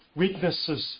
weaknesses